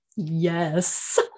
Yes